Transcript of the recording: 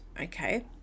okay